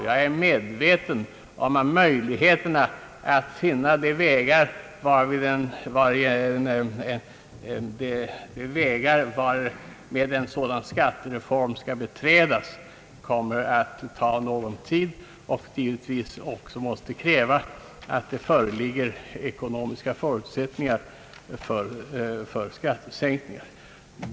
Jag är medveten om att det kommer att ta någon tid att genomföra en sådan skattereform och att det givetvis måste krävas att det fö religger ekonomiska förutsättningar för skattesänkningar.